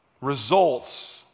results